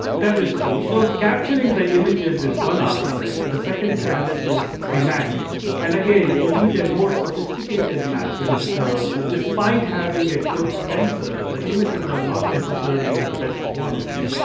that is true. so capturing the images is one aspect, the second challenge is the matching. and again, you need a more sophisticated matcher because despite having a good sense, ah the images are not necessarily of the best quality.